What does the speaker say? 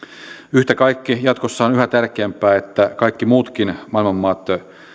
yhtä kaikki jatkossa on yhä tärkeämpää että kaikki muutkin maailman maat